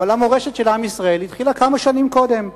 אבל המורשת של עם ישראל התחילה כמה שנים קודם.